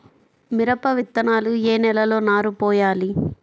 మిరప విత్తనాలు ఏ నెలలో నారు పోయాలి?